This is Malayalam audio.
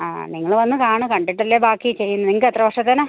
ആ നിങ്ങൾ വന്നു കാണുക കണ്ടിട്ടല്ലേ ബാക്കി ചെയ്യുന്നത് നിങ്ങൾക്ക് എത്ര വർഷത്തേക്കാണ്